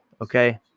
Okay